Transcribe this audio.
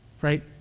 right